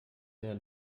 der